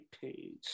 page